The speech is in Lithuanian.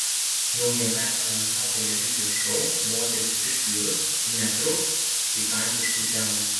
naujame lnk televizijos šou moterys prieš vyrus netrūks pikantiškų temų